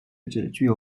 具有